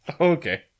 Okay